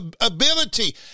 ability